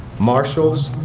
marshals,